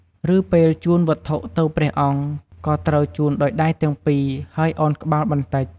ឬពេលជូនវត្ថុទៅព្រះអង្គ ក៏ត្រូវជូនដោយដៃទាំងពីរ ហើយឱនក្បាលបន្តិច។